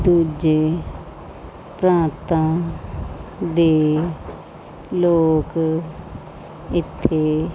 ਦੂਜੇ ਪ੍ਰਾਂਤਾਂ ਦੇ ਲੋਕ ਇੱਥੇ